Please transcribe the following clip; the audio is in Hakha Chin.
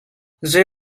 zei